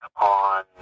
on